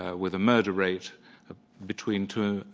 ah with a murder rate between two.